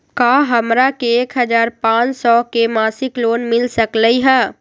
का हमरा के एक हजार पाँच सौ के मासिक लोन मिल सकलई ह?